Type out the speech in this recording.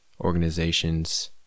organizations